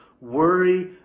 worry